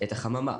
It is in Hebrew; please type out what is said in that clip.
את החממה.